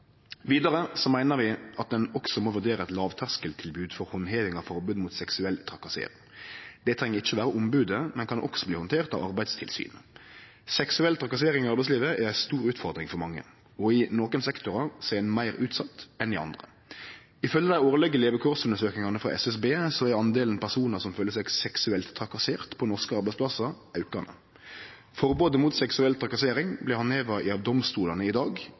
Vidare meiner vi at ein også må vurdere eit lågterskeltilbod for handheving av forbodet mot seksuell trakassering. Det treng ikkje vere ombodet, det kan også bli handtert av Arbeidstilsynet. Seksuell trakassering i arbeidslivet er ei stor utfordring for mange, og i nokre sektorar er ein meir utsett enn i andre. Ifølgje dei årlege levekårsundersøkingane frå SSB er talet på personar som kjenner seg seksuelt trakassert på norske arbeidsplassar, aukande. Forbodet mot seksuell trakassering blir handheva via domstolane i dag,